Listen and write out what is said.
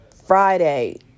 Friday